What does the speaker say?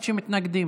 ככה,